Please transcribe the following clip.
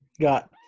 got